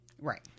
Right